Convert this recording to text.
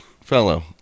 Fellow